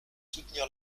soutenir